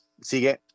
Sigue